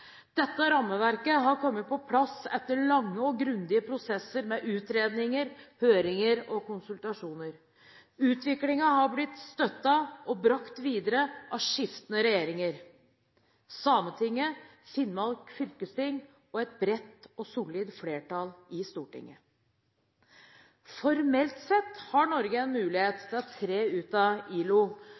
Dette rammeverket har kommet på plass etter lange og grundige prosesser med utredninger, høringer og konsultasjoner. Utviklingen har blitt støttet og brakt videre av skiftende regjeringer, Sametinget, Finnmarks fylkesting og et bredt og solid flertall i Stortinget. Formelt sett har Norge en mulighet til å tre ut av